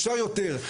אפשר יותר,